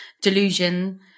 Delusion